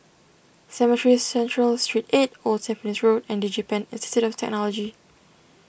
Cemetry Central Street eight Old Tampines Road and DigiPen Institute of Technology